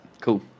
Cool